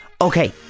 Okay